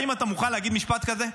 האם אתה מוכן להגיד משפט כזה?